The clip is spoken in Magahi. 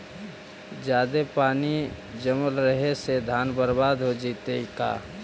जादे पानी जमल रहे से धान बर्बाद हो जितै का?